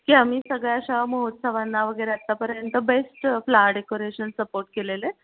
की आम्ही सगळ्या अशा महोत्सवांना वगैरे आतापर्यंत बेस्ट फ्ला डेकोरेशन सपोट केलेलं आहे